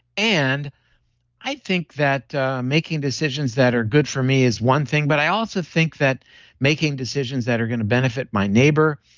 and i think that making decisions that are good for me is one thing, but i also think that making decisions that are going to benefit my neighbor,